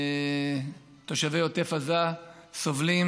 תושבי עוטף עזה סובלים